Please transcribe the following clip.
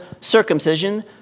circumcision